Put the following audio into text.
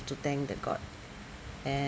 to thank the god and